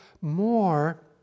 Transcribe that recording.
more